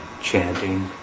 chanting